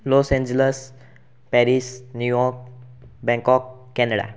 Los Angeles Paris New York Bangkok Canada